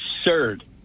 absurd